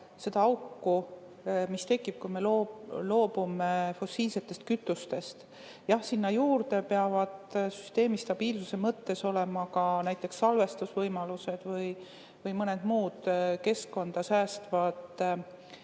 seda auku, mis tekib, kui me loobume fossiilsetest kütustest. Jah, seal juures peavad süsteemi stabiilsuse mõttes olema ka näiteks salvestusvõimalused või mõned muud keskkonda säästvad